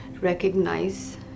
recognize